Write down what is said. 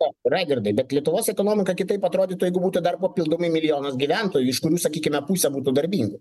o raigardai bet lietuvos ekonomika kitaip atrodytų jeigu būtų dar papildomai milijonas gyventojų iš kurių sakykime pusė darbingų